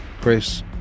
Chris